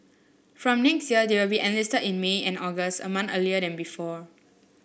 from next year they will be enlisted in May and August a month earlier than before